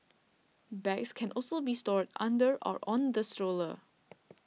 bags can also be stored under or on the stroller